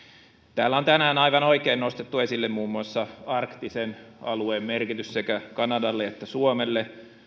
täällä on tänään aivan oikein nostettu esille muun muassa arktisen alueen merkitys sekä kanadalle että suomelle